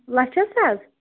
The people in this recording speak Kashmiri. لَچھس حظ